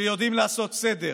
שיודעים לעשות סדר,